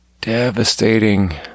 Devastating